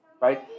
right